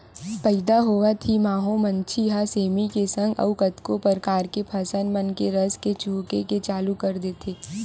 पइदा होवत ही माहो मांछी ह सेमी के संग अउ कतको परकार के फसल मन के रस ल चूहके के चालू कर देथे